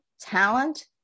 talent